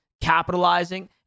capitalizing